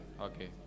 Okay